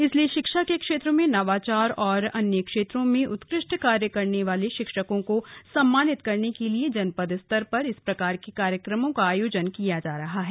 इसलिए शिक्षा के क्षेत्र में नवाचार और अन्य क्षेत्रों में उत्कृष्ट कार्य करने वाले शिक्षकों को सम्मानित करने के लिए जनपद स्तर पर इस प्रकार के कार्यक्रमों का आयोजन किया जा रहा है